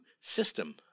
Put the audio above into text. system